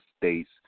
states